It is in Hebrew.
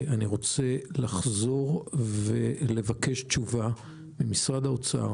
אני רוצה לחזור ולבקש תשובה ממשרד האוצר